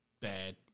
bad